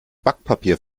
backpapier